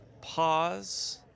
pause